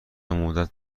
مدت